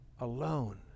alone